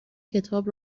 کتاب